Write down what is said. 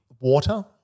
water